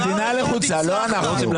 המדינה לחוצה, לא אנחנו.